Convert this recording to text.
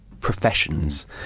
professions